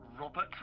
Robert